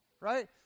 Right